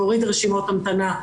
להוריד רשימות המתנה,